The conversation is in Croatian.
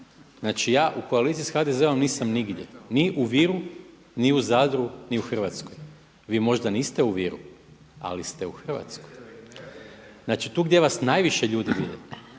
znači ja u koaliciji sa HDZ-om nisam nigdje, ni u Viru, ni u Zadru, ni u Hrvatskoj. Vi možda niste u Viru ali ste u Hrvatskoj. Znači tu gdje vas najviše ljudi vide,